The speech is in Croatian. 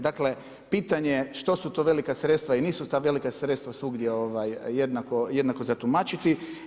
Dakle pitanje što su to velika sredstva i nisu ta velika sredstva svugdje jednako za tumačiti.